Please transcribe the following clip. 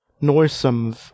noisome